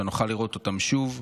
שנוכל לראות אותם שוב.